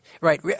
right